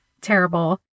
terrible